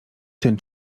ten